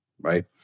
right